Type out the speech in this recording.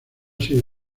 sido